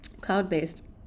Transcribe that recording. cloud-based